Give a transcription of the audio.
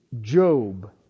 Job